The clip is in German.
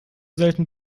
selten